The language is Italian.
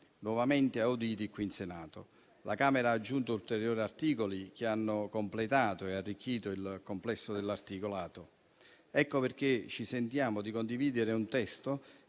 nuovamente auditi qui in Senato. La Camera ha aggiunto ulteriori articoli che hanno completato e arricchito il complesso dell'articolato. Ecco perché ci sentiamo di condividere un testo